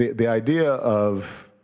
the the idea of